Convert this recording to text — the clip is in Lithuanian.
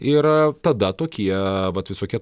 ir tada tokie vat visokie